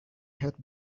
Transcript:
had